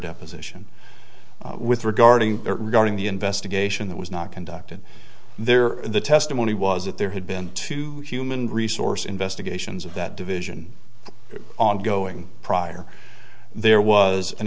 deposition with regarding regarding the investigation that was not conducted there in the testimony was that there had been two human resource investigations of that division ongoing prior there was an